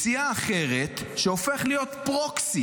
מסיעה אחרת, שהופך להיות פרוקסי.